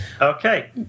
okay